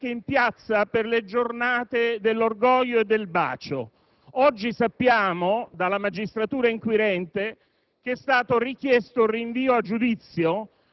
preferirono immediatamente scendere in piazza per le giornate dell'orgoglio e del bacio. Oggi sappiamo dalla magistratura inquirente